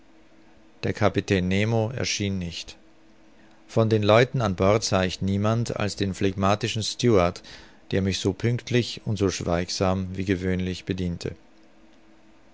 der kapitän nemo erschien nicht von den leuten an bord sah ich niemand als den phlegmatischen steward der mich so pünktlich und so schweigsam wie gewöhnlich bediente